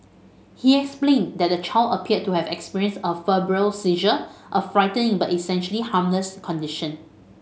he explained that the child appeared to have experienced a febrile seizure a frightening but essentially harmless condition